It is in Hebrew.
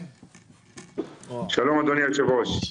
שלום אדוני היושב-ראש.